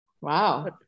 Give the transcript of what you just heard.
Wow